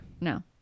No